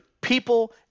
people